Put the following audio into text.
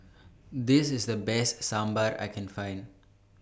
This IS The Best Sambar that I Can Find